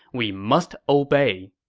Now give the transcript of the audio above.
we must obey.